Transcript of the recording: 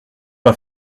pas